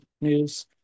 news